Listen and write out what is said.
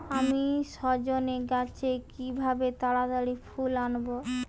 আমি সজনে গাছে কিভাবে তাড়াতাড়ি ফুল আনব?